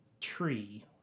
tree